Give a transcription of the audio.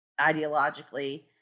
ideologically